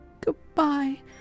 Goodbye